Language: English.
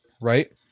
Right